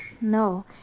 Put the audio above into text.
No